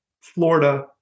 Florida